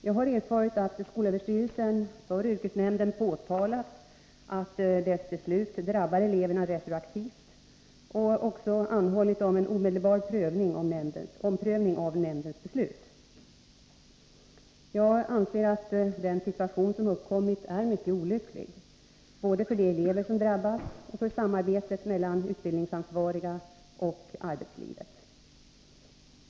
Jag har erfarit att skolöverstyrelsen för yrkesnämnden påtalat att dess beslut drabbar eleverna retroaktivt och också anhållit om en omedelbar omprövning av nämndens beslut. Jag anser att den situation som uppkommit är mycket olycklig, både för de elever som drabbas och för samarbetet mellan utbildningsansvariga och arbetslivet.